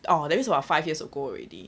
oh that was about five years ago already